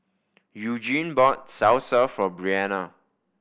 Eugene bought Salsa for Brianna